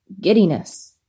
giddiness